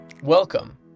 Welcome